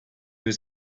was